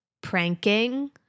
pranking